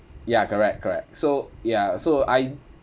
ya correct correct so ya so I